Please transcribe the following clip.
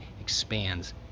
expands